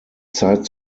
zeit